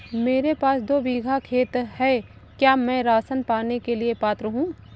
मेरे पास दो बीघा खेत है क्या मैं राशन पाने के लिए पात्र हूँ?